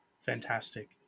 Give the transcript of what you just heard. fantastic